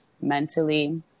mentally